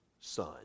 son